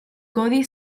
codi